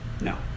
No